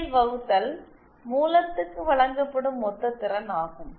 L வகுத்தல் மூலத்துக்கு வழங்கப்படும் மொத்த திறன் ஆகும்